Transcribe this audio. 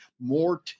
more